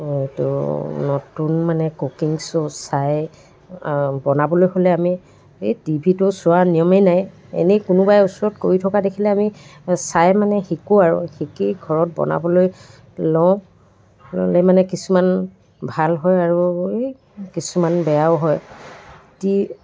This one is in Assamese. ত' নতুন মানে কুকিং শ্ব' চাই বনাবলৈ হ'লে আমি এই টি ভিতো চোৱা নিয়মে নাই এনেই কোনোবাই ওচৰত কৰি থকা দেখিলে আমি চাই মানে শিকো আৰু শিকি ঘৰত বনাবলৈ লওঁ ল'লে মানে কিছুমান ভাল হয় আৰু এই কিছুমান বেয়াও হয় টি